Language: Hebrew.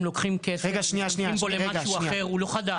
לוקחים כסף ומשתמשים בו למשהו אחר הוא לא חדש.